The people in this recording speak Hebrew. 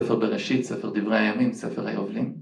ספר בראשית, ספר דברי הימים, ספר היובלים.